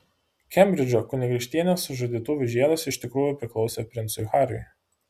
kembridžo kunigaikštienės sužadėtuvių žiedas iš tikrųjų priklausė princui hariui